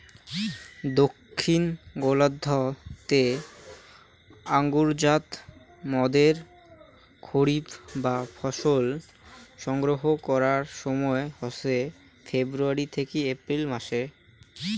দক্ষিন গোলার্ধ তে আঙুরজাত মদের খরিফ বা ফসল সংগ্রহ করার সময় হসে ফেব্রুয়ারী থাকি এপ্রিল মাস